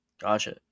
Gotcha